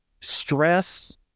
stress